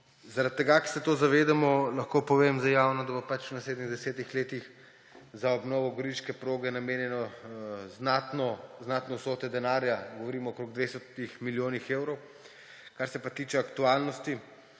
Zaradi tega, ker se tega zavedamo, lahko povem zdaj javno, da bo pač v naslednjih desetih letih za obnovo goriške proge namenjeno znatna vsota denarja, govorim o okoli 200 milijonih evrov. Kar se pa tiče aktualnosti,